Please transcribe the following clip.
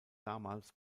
damals